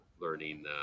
learning